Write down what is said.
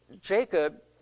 Jacob